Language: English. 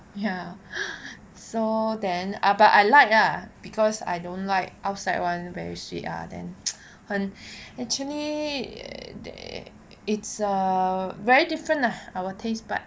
ya so then ah but I like ah because I don't like outside [one] very sweet ya then 很 actually they it's a very different lah our taste buds